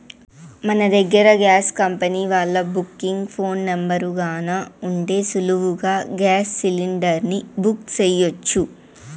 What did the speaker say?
మన దగ్గర gas company వాల్ల బుకింగ్ ఫోను నెంబరు గాన ఉంటే సులువుగా గేస్ సిలిండర్ని బుక్ సెయ్యొచ్చు